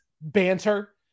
banter